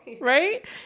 right